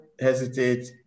hesitate